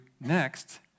next